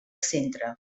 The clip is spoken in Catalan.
centre